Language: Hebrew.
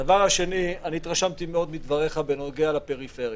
הדבר השני, התרשמתי מאוד מדבריך בנוגע לפריפריה.